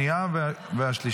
19 בעד,